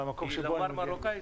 מהמקום שבו אני --- כי לומר מרוקאי,